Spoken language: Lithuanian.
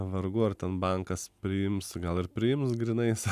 vargu ar ten bankas priims gal ir priims grynais